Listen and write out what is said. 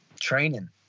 training